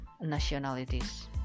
nationalities